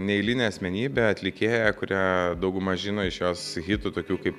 neeilinė asmenybė atlikėja kurią dauguma žino iš jos hitų tokių kaip